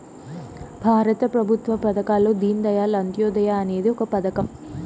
భారత ప్రభుత్వ పథకాల్లో దీన్ దయాళ్ అంత్యోదయ అనేది ఒక పథకం